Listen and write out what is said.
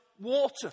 Water